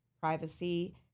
privacy